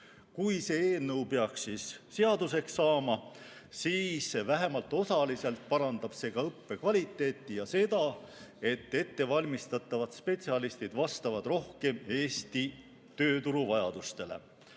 see eelnõu peaks seaduseks saama, siis vähemalt osaliselt parandab see ka õppekvaliteeti ja seda, et ettevalmistatavad spetsialistid vastavad rohkem Eesti tööturu vajadustele.